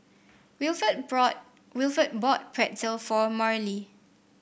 Wilford bought Wilford bought Pretzel for Marlie